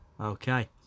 Okay